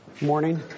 Morning